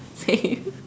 same